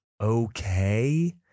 okay